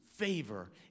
favor